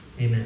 Amen